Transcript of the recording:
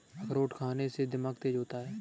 अखरोट खाने से दिमाग तेज होता है